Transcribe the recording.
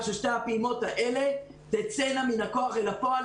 ששתי הפעימות האלה תצאנה מהכוח אל הפועל,